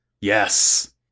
Yes